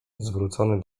zwrócony